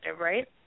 right